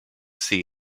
see